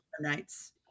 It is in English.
nights